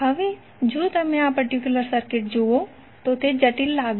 હવે જો તમે આ પર્ટિક્યુલર સર્કિટ જુઓ તો તે જટિલ લાગે છે